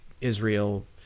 israel